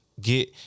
Get